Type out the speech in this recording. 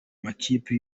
makipe